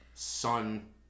Son